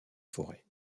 forêts